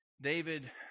David